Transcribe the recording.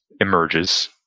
emerges